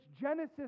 Genesis